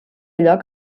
lloc